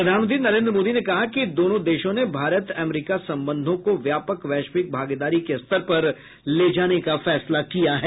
प्रधानमंत्री नरेन्द्र मोदी ने कहा कि दोनों देशों ने भारत अमरीका संबंधों को व्यापक वैश्विक भागीदारी के स्तर पर ले जाने का फैसला किया है